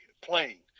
playing